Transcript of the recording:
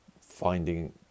finding